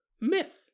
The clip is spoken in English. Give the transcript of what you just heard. myth